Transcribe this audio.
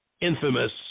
Infamous